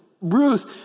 Ruth